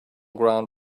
ground